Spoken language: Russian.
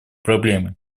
проблемы